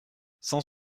cent